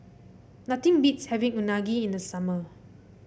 nothing beats having Unagi in the summer